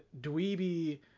dweeby